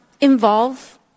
involve